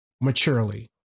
maturely